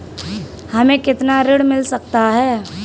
हमें कितना ऋण मिल सकता है?